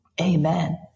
Amen